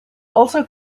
also